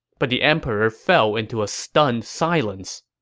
but the emperor fell into a stunned silence.